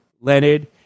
Leonard